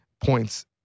points